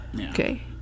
Okay